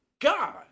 God